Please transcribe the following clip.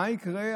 מה יקרה?